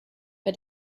bei